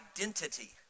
identity